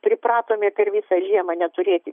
pripratome per visą žiemą neturėti